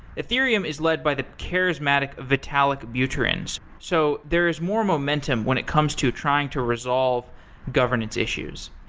ethereum is led by the charismatic vitalic buterin, so there's more momentum when it comes to trying to resolve governance issues.